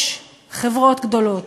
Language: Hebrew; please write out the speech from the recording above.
יש חברות גדולות,